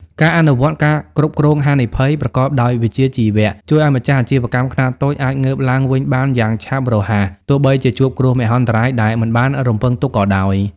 ការអនុវត្ត ការគ្រប់គ្រងហានិភ័យ ប្រកបដោយវិជ្ជាជីវៈ ជួយឱ្យម្ចាស់អាជីវកម្មខ្នាតតូចអាចងើបឡើងវិញបានយ៉ាងឆាប់រហ័ស ទោះបីជាជួបគ្រោះមហន្តរាយដែលមិនបានរំពឹងទុកក៏ដោយ។